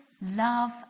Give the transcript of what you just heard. love